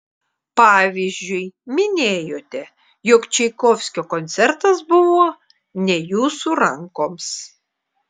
pavyzdžiui minėjote jog čaikovskio koncertas buvo ne jūsų rankoms